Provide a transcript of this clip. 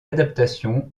adaptation